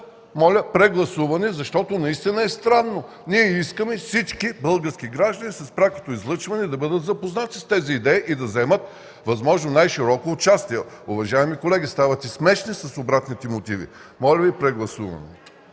Моля за прегласуване, защото наистина е странно. Ние искаме с прякото излъчване всички български граждани да бъдат запознати с тези идеи и да вземат възможно най-широко участие. Уважаеми колеги, ставате смешни с обратните мотиви. Моля Ви за прегласуване.